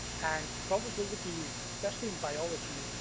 and probabilities, especially in biology,